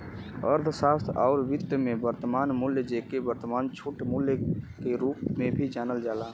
अर्थशास्त्र आउर वित्त में, वर्तमान मूल्य, जेके वर्तमान छूट मूल्य के रूप में भी जानल जाला